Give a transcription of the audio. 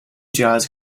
jazz